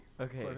Okay